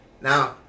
now